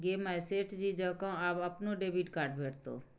गे माय सेठ जी जकां आब अपनो डेबिट कार्ड भेटितौ